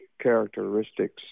characteristics